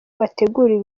wateguriwe